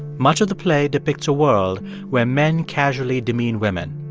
much of the play depicts a world where men casually demean women.